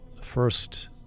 first